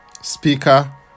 speaker